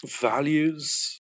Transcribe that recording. values